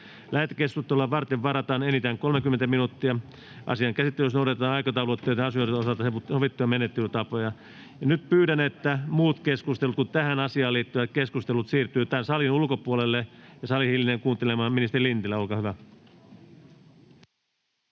Lähetekeskustelua varten varataan enintään 30 minuuttia. Asian käsittelyssä noudatetaan aikataulutettujen asioiden osalta sovittuja menettelytapoja. — Nyt pyydän, että muut keskustelut kuin tähän asiaan liittyvät keskustelut siirtyvät tämän salin ulkopuolelle ja sali hiljenee kuuntelemaan ministeri Lintilää. — Olkaa hyvä.